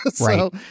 Right